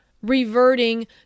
reverting